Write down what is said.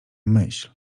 myśl